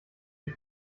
die